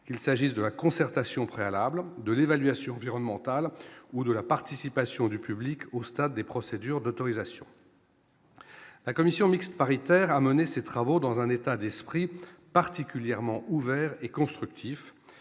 qu'il s'agisse de la concertation préalable de l'évaluation environnementale ou de la participation du public au stade des procédures d'autorisation. La commission mixte paritaire a mené ses travaux dans un état d'esprit particulièrement ouvert et constructif,